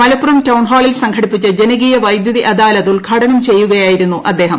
Malappuram town ഹാളിൽ സംഘടിപ്പിച്ച ജനകീയ വൈദ്യുതി അദാലത്ത് ഉദ്ഘാടനം ചെയ്യുകയായിരുന്നു അദ്ദേഹം